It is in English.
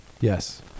Yes